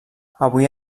avui